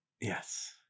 Yes